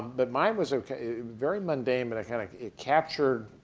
but mine was okay. very mundane, but kind of it captured,